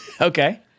Okay